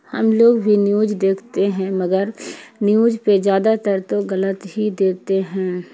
ہم لوگ بھی نیوج دیکھتے ہیں مگر نیوج پہ زیادہ تر تو غلط ہی دیتے ہیں